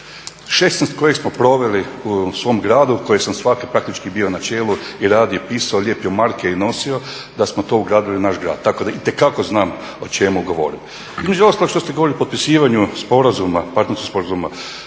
16 kojih smo proveli u svom gradu, kojeg sam svakog praktički bio na čelu i radio, pisao, lijepio marke i nosio da smo to ugradili u naš grad. Tako da itekako znam o čemu govorim. Između ostalog što ste govorili potpisivanju sporazuma, partnerskog sporazuma,